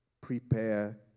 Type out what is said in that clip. prepare